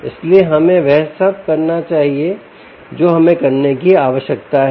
इसलिए हमें वह सब करना चाहिए जो हमें करने की आवश्यकता है